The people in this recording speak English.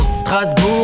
Strasbourg